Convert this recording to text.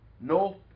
No